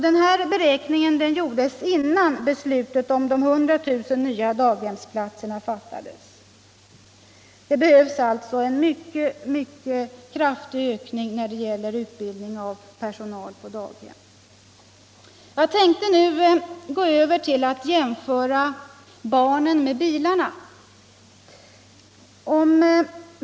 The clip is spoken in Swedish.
Denna beräkning gjordes innan beslutet om de 100 000 nya daghemsplatserna fattades. Det behövs alltså en mycket kraftig ökning av utbildningen av personal för daghemmen. Jag tänkte nu gå över till att jämföra barnen med bilarna.